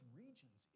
regions